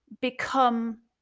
become